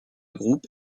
groupe